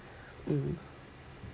mm